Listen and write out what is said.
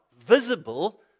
visible